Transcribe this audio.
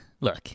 Look